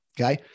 okay